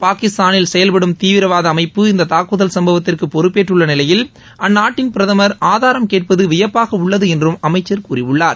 பாகிஸ்தானில் செயல்படும் தீவிரவாத அமைப்பு இந்த தாக்குதல் சம்பவத்திற்கு பொறுப்பேற்றுள்ள நிலையில் அந்நாட்டின் பிரதமர் ஆதாரம் கேட்பது வியப்பாக உள்ளது என்றும் அமைச்சர் கூறியுள்ளார்